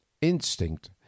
Instinct